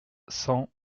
cent